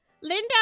Linda